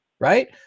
right